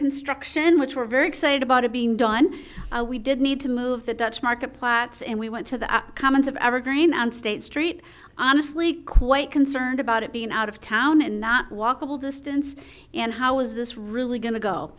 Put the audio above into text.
construction which were very excited about it being done we did need to move the dutch market plats and we went to the comments of evergreen on state street honestly quite concerned about it being out of town and not walkable distance and how is this really going to go